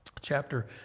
Chapter